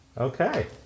Okay